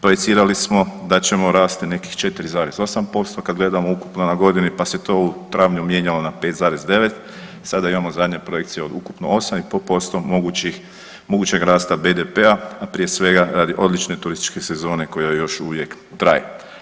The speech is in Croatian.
Projicirali samo da ćemo rasti nekih 4,8% kad gledamo ukupno na godini pa se to u travnju mijenjalo na 5,9, sada imamo zadnje projekcije od ukupno 8,5, mogućeg rasta BDP-a, a prije svega radi odlične turističke sezona koja još uvijek traje.